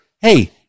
hey